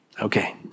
Okay